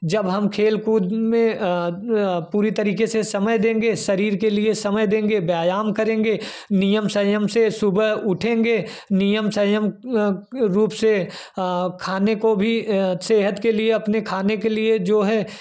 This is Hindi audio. जब हम खेलकूद में पूरी तरीके से समय देंगे शरीर के लिए समय देंगे व्यायाम करेंगे नियम संयम से सुबह उठेंगे नियम संयम के रूप से खाने को भी सेहत के लिए अपने खाने को भी सेहत के लिए अपने खाने के लिए जो है है